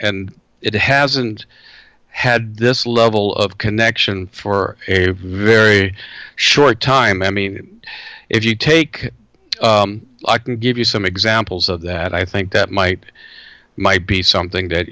and it hasn't had this level of connection for a very short time i mean if you take i can give you some examples of that i think that might might be something that